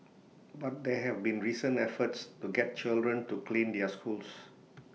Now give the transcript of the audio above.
but there have been recent efforts to get children to clean their schools